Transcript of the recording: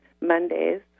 Mondays